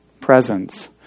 presence